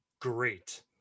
great